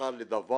בחר לי דבר